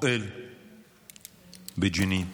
פועל בג'נין.